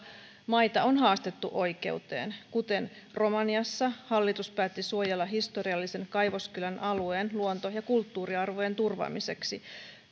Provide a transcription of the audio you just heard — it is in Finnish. maita on haastettu oikeuteen kuten romaniassa missä hallitus päätti suojella historiallisen kaivoskylän alueen luonto ja kulttuuriarvojen turvaamiseksi